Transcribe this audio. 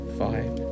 five